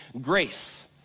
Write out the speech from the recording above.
grace